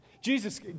Jesus